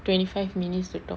twenty five minutes to talk